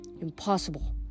Impossible